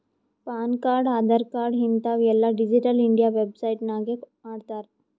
PAN card, Aadhaar card ಹಿಂತಾವ್ ಎಲ್ಲಾ digital India website ನಾಗೆ ಮಾಡ್ತಾರ್